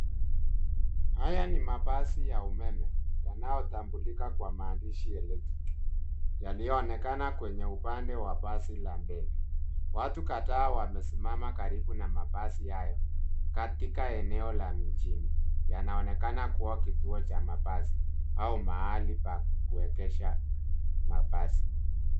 Haya ni mabasi ya umeme yanayo tambulika kwa maandishi electric yanayoonekana kwenye upande wa basi la mbele. Watu kadhaa wamesimama karibu na mabasi hayo. Katika eneo la mjini yanaonekana kuwa kituo cha mabasi au mahali pa kuegesha mabasi.